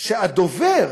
שהדובר